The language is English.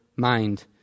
mind